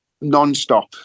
non-stop